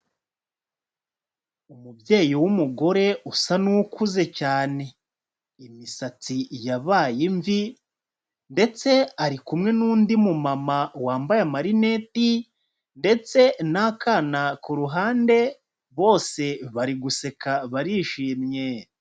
Umubyeyi w'umugore usa n'ukuze cyane. Imisatsi yabaye imvi ndetse ari kumwe n'undi mu mama wambaye amarineti ndetse n'akana ku ruhande, bose bari guseka barishimye.